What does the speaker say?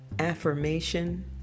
affirmation